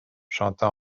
chanta